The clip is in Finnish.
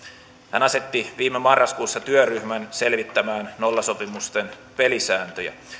hän asetti viime marraskuussa työryhmän selvittämään nollasopimusten pelisääntöjä